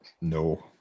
no